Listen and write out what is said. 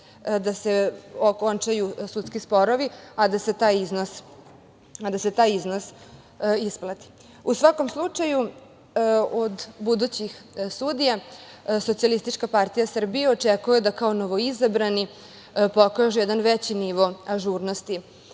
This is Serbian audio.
da se okončaju sudski sporovi, a da se taj iznos isplati.U svakom slučaju, od budućih sudija SPS očekuje da kao novoizabrani pokažu jedan veći nivo ažurnosti